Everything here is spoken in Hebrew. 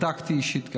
גם בדקתי אישית.